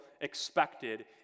expected